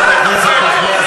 איפה כל הדברים האלה?